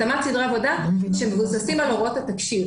התאמת סדרי עבודה שמבוססים על הוראות התקשי"ר